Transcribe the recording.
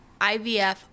IVF